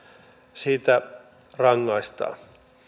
siitä rangaistaan